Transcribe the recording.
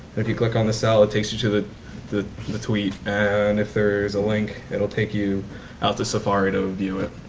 if you click on the cell it takes you to the the tweet and if there's a link it will take you out to safari to view it.